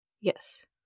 Yes